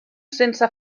sense